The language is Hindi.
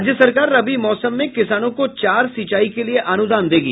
राज्य सरकार रबि मौसम में किसानों को चार सिंचाई के लिये अनुदान देगी